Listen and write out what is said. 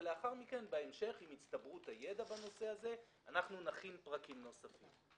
ולאחר מכן בהמשך עם הצטברות הידע בנושא הזה נכין פרקים נוספים.